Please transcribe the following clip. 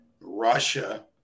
Russia